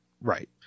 Right